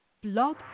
Blog